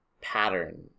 pattern